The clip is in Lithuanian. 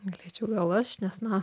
galėčiau gal aš nes na